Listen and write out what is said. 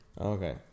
Okay